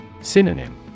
Synonym